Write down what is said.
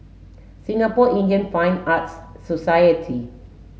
Singapore Indian Fine Arts Society